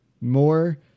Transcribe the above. more